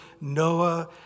Noah